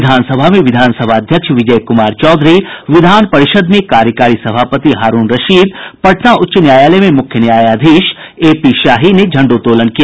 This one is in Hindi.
विधान सभा में विधानसभा अध्यक्ष विजय कुमार चौधरी विधान परिषद में कार्यकारी सभापति हारूण रशीद पटना उच्च न्यायालय में मुख्य न्यायाधीश एपीशाही ने झंडोतोलन किया